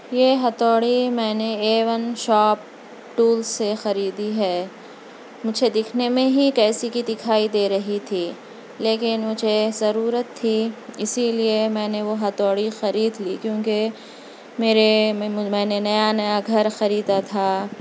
یہ ہتھوڑی میں نے اے وَن شاپ ٹولس سے خریدی ہے مجھے دکھنے میں ہی کیسی کی دکھائی دے رہی تھی لیکن مجھے ضرورت تھی اسی لئے میں نے وہ ہتھوڑی خرید لی کیونکہ میرے میں میں نے نیا نیا گھر خریدا تھا